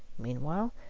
meanwhile,